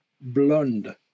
Blonde